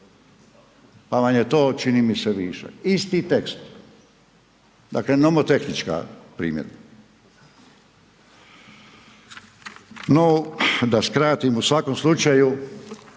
Pa vam je to čini mi se višak. Isti tekst. Dakle nomotehnička primjedba. No da skratim, u svakom slučaju,